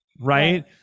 right